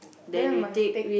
then we must take